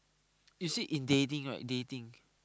you see in dating dating